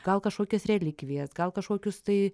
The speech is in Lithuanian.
gal kažkokias relikvijas gal kažkokius tai